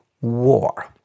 war